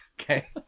Okay